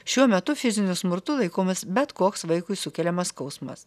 šiuo metu fiziniu smurtu laikomas bet koks vaikui sukeliamas skausmas